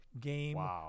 game